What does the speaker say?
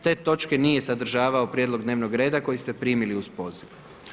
Te točke nije sadržavao prijedlog dnevnog reda koji ste primili uz poziv.